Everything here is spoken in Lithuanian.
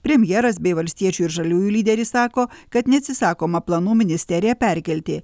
premjeras bei valstiečių ir žaliųjų lyderis sako kad neatsisakoma planų ministeriją perkelti